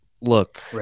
look